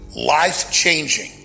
life-changing